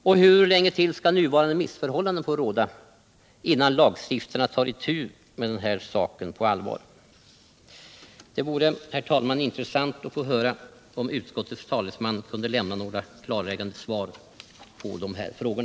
Och hur länge till skall nuvarande missförhållanden få råda, innan lagstiftarna tar itu med den här saken på allvar. Det vore intressant om utskottets talesman ville lämna några klarläggande svar på dessa frågor.